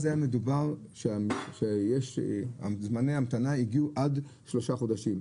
אז היה מדובר שזמני ההמתנה הגיעו עד שלושה חודשים,